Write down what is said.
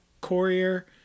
courier